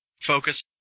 focus